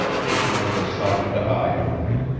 she turned a softened eye on me.